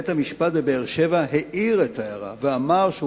בית-המשפט בבאר-שבע העיר את ההערה ואמר שהוא